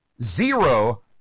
zero